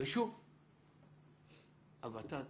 ושוב הות"ת